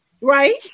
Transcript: right